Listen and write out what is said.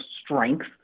strength